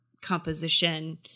composition